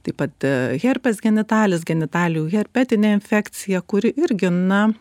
taip pat herpes genitalis genitalijų herpetinė infekcija kuri irgi na